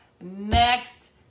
next